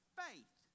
faith